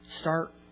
start